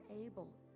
able